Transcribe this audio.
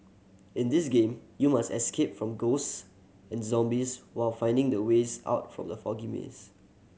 in this game you must escape from ghosts and zombies while finding the ways out from the foggy maze